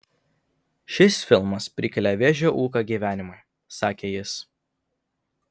šis filmas prikelia vėžio ūką gyvenimui sakė jis